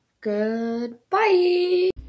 Goodbye